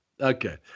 Okay